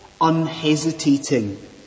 unhesitating